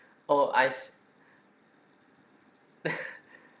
oh I s~